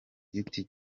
giti